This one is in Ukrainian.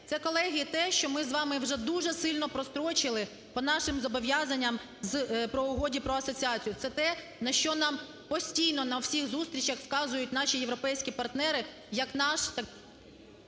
Це, колеги, те, що ми з вами вже дуже сильно прострочили по нашим зобов'язанням по Угоді про асоціацію, це те, про що нам постійно на всіх зустрічах вказують наші європейські партнери, як наш… ГОЛОВУЮЧИЙ.